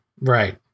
Right